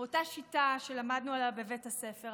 אותה שיטה שלמדנו עליה בבתי הספר,